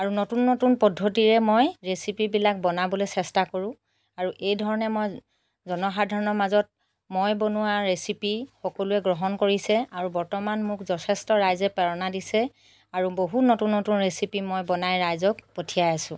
আৰু নতুন নতুন পদ্ধতিৰে মই ৰেচিপিবিলাক বনাবলৈ চেষ্টা কৰোঁ আৰু এইধৰণে মই জনসাধাৰণৰ মাজত মই বনোৱা ৰেচিপি সকলোৱে গ্ৰহণ কৰিছে আৰু বৰ্তমান মোক যথেষ্ট ৰাইজে প্ৰেৰণা দিছে আৰু বহুত নতুন নতুন ৰেচিপি মই বনাই ৰাইজক পঠিয়াই আছোঁ